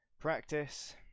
Practice